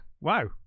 Wow